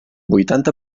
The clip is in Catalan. vuitanta